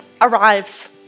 arrives